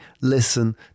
listen